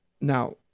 Now